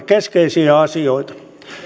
keskeisiä asioita